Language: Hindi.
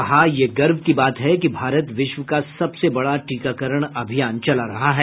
कहा ये गर्व की बात है कि भारत विश्व का सबसे बडा टीकाकरण अभियान चला रहा है